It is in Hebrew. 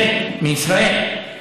כן, מישראל.